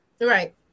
right